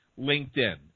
LinkedIn